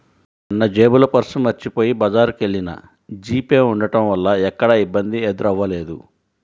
నిన్నజేబులో పర్సు మరచిపొయ్యి బజారుకెల్లినా జీపే ఉంటం వల్ల ఎక్కడా ఇబ్బంది ఎదురవ్వలేదు